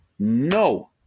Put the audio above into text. No